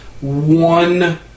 One